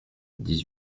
dix